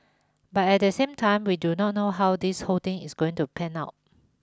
but at the same time we do not know how this whole thing is going to pan out